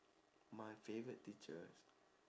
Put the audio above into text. my favourite teacher